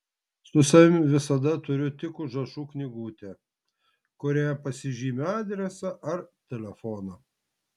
su savimi visada turiu tik užrašų knygutę kurioje pasižymiu adresą ar telefoną